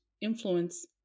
influence